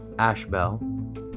Ashbel